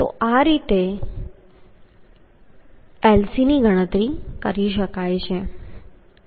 તો આ રીતે Lc ની ગણતરી કરી શકાય છે